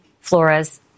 Flores